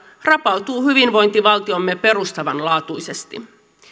rapautuu hyvinvointivaltiomme perustavanlaatuisesti